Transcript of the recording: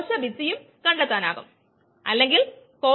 ഇനി നമുക്ക് പാത്രത്തിലെ എൻസൈമിനായി ഒരു മാസ് ബാലൻസ് എഴുതാം